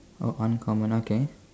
oh uncommon okay